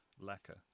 lacquer